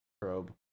Probe